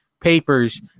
papers